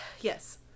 Yes